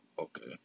Okay